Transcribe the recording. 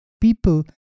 people